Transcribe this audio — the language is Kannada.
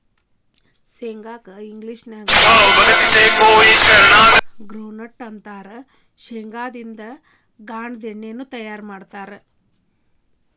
ಶೇಂಗಾ ಕ್ಕ ಇಂಗ್ಲೇಷನ್ಯಾಗ ಗ್ರೌಂಡ್ವಿ ನ್ಯೂಟ್ಟ ಅಂತಾರ, ಶೇಂಗಾದಿಂದ ಗಾಂದೇಣ್ಣಿನು ತಯಾರ್ ಮಾಡ್ತಾರ